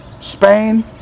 Spain